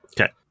Okay